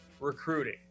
recruiting